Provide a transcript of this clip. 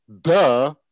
Duh